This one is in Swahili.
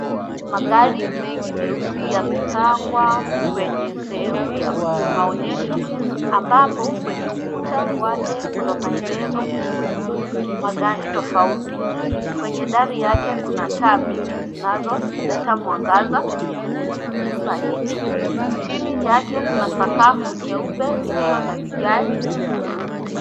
Magari mengine meusi yamepangwa kwenye sehemu ya maonyesho ambapo kwenye ukuta wake kuna maelezo kuhuzu magari tofauti. Kwenye dari yake kuna taa mingi zinazoleta mwangaza kwenye nyumba hili. Chini yake kuna sakafu nyeupe ilio na vigae vyeupe.